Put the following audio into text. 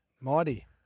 Mighty